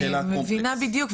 אני מבינה בדיוק,